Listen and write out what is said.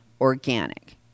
organic